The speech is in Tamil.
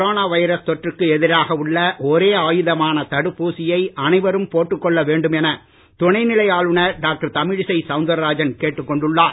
கொரோனா வைரஸ் தொற்றுக்கு எதிராக உள்ள ஒரே ஆயுதமான தடுப்பூசியை அனைவரும் போட்டுக் கொள்ளவேண்டும் என துணைநிலை ஆளுநர் டாக்டர் தமிழிசை சவுந்தரராஜன் கேட்டுக் கொண்டுள்ளார்